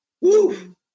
Woo